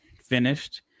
finished